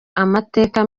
amateka